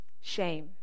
Shame